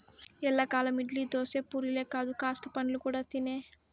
ఎల్లకాలం ఇడ్లీ, దోశ, పూరీలే కాదు కాస్త పండ్లు కూడా తినే